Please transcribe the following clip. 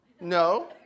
no